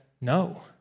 no